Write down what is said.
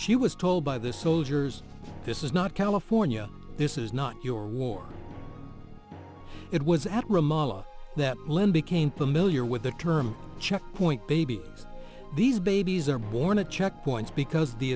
she was told by the soldiers this is not california this is not your war it was at ramallah that lead became familiar with the term checkpoint babies these babies are born at checkpoints because the